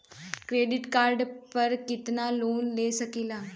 Credit card पर कितनालोन ले सकीला?